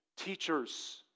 teachers